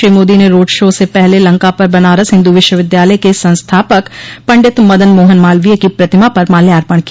श्री मोदी ने road show से पहले लंका पर बनारस हिन्दू विश्वविद्यालय के संस्थापक पण्डित मदन मोहन मालवीय की प्रतिमा पर माल्यार्पण किया